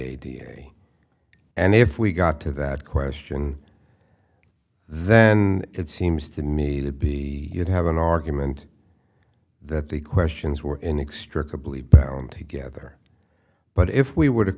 way and if we got to that question then it seems to me to be you'd have an argument that the questions were inextricably bound together but if we w